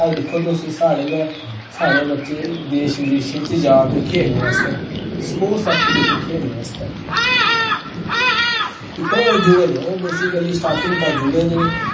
अज दिक्खो साढ़े गै साढ़े बच्चे देश विदेशें च जा दे खेलनै आस्तै स्पो्रटस ऐक्टिविटी खेलने आस्तै दिक्खो ओह् जुड़े दे बेसिकली स्टार्टिंग दा जुड़े दे